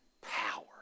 power